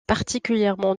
particulièrement